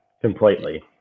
completely